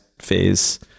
phase